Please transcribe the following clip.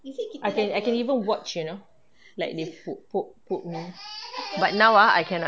I can I can even watch you know like they poke poke poke me but now ah I cannot